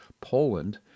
Poland